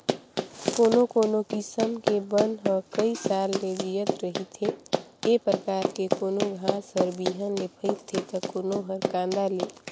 कोनो कोनो किसम के बन ह कइ साल ले जियत रहिथे, ए परकार के कोनो घास हर बिहन ले फइलथे त कोनो हर कांदा ले